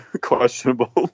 questionable